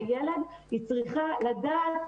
היא צריכה לדעת